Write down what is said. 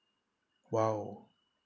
!wow!